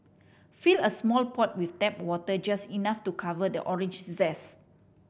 fill a small pot with tap water just enough to cover the orange zest